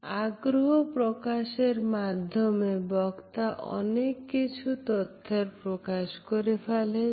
আগ্রহ প্রকাশের মাধ্যমে বক্তা অনেক কিছু তথ্যের প্রকাশ করে ফেলেন